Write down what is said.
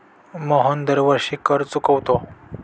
मोहन दरवर्षी कर चुकवतो